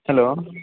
hello